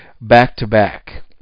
back-to-back